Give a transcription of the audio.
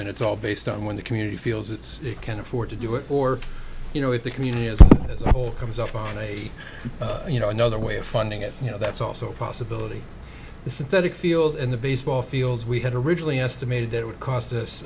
and it's all based on when the community feels it's it can afford to do it or you know if the community is as a whole comes up on a you know another way of funding it you know that's also a possibility the synthetic field in the baseball fields we had originally estimated it would cost us